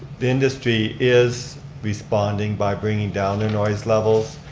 the industry is responding by bringing down their noise levels.